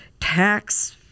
tax